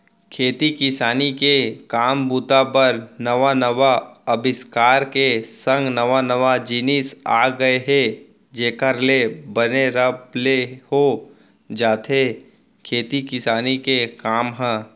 खेती किसानी के काम बूता बर नवा नवा अबिस्कार के संग नवा नवा जिनिस आ गय हे जेखर ले बने रब ले हो जाथे खेती किसानी के काम ह